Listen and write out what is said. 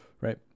right